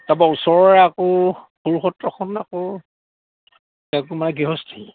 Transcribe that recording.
তাৰপা ওচৰৰে আকৌ সৰু সত্ৰখন আকৌ এক গৃহস্থী